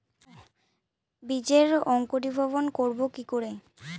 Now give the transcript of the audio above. বীজের অঙ্কুরিভবন করব কি করে?